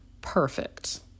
perfect